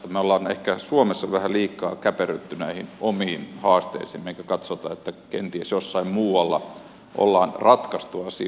me olemme ehkä suomessa vähän liikaa käpertyneet näihin omiin haasteisiimme emmekä katso että kenties jossain muualla on ratkaistu asioita paremmin